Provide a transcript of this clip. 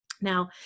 Now